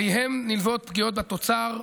אליהן נלוות פגיעות בתוצר,